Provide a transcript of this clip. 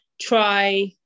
try